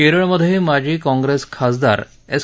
केरळमधे माजी काँग्रेस खासदार एस